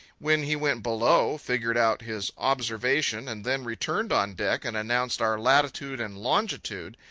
when he went below, figured out his observation, and then returned on deck and announced our latitude and longitude,